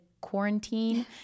quarantine